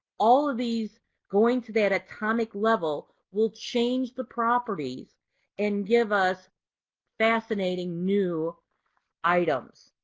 all of these going to that atomic level will change the properties and give us fascinating new items.